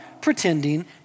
pretending